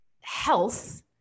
health